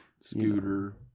Scooter